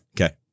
Okay